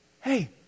hey